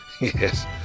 Yes